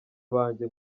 banjye